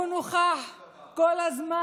הוא נוכח כל הזמן.